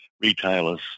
retailers